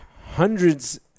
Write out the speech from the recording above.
hundreds